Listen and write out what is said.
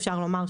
אפשר לומר,